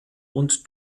und